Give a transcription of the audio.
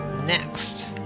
next